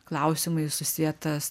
klausimai susietas